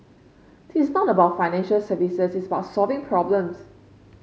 this not about financial services it's about solving problems